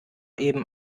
eben